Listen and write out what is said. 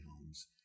homes